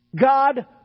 God